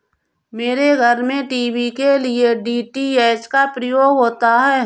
मेरे घर में टीवी के लिए डी.टी.एच का प्रयोग होता है